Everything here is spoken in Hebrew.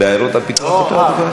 בעיירות הפיתוח, אותו הדבר.